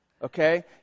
okay